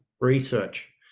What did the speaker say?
research